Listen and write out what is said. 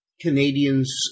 Canadians